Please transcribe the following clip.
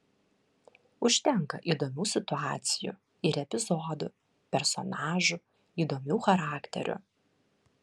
užtenka įdomių situacijų ir epizodų personažų įdomių charakterių